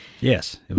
Yes